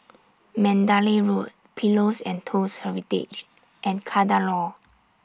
Mandalay Road Pillows and Toast Heritage and Kadaloor